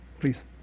Please